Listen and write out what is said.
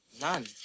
None